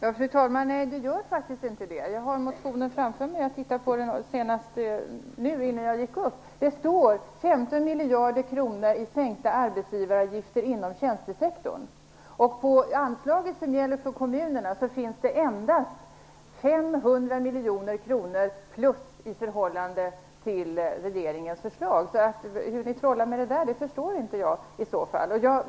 Fru talman! Nej, det gör faktiskt inte det. Jag har motionen framför mig. Jag tittade på den senast före mitt tidigare anförande. Det står 15 miljarder kronor i sänkta arbetsgivaravgifter inom tjänstesektorn. I anslaget till kommunerna finns det endast 500 miljoner kronor extra i förhållande till regeringens förslag. Så hur ni trollar med det förstår jag inte i så fall.